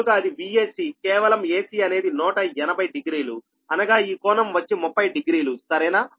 కనుక అది Vac కేవలం ac అనేది 180 డిగ్రీలు అనగా ఈ కోణం వచ్చి 30 డిగ్రీలు సరేనా